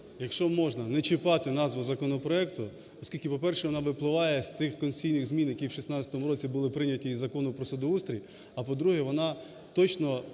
якщо можна, не чіпати назву законопроекту, оскільки, по-перше, вона випливає з тих конституційних змін, які в 16-му році були прийняті і Закону про судоустрій, а, по-друге, вона точно